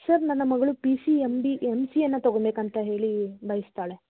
sir ನನ್ನ ಮಗಳು P C M B M ಸಿಯನ್ನು ತೊಗೊಳ್ಬೇಕಂತ ಹೇಳಿ ಬಯಸ್ತಾಳೆ